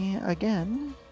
Again